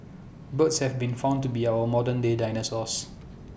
birds have been found to be our modern day dinosaurs